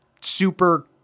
super